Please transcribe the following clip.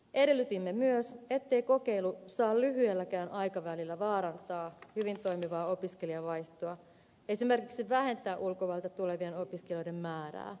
edellytimme myös ettei kokeilu saa lyhyelläkään aikavälillä vaarantaa hyvin toimivaa opiskelijavaihtoa esimerkiksi vähentää ulkomailta tulevien opiskelijoiden määrää